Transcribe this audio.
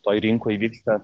toj rinkoj vyksta